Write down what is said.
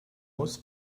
muss